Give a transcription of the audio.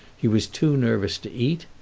he was too nervous to eat,